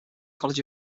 college